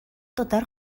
татар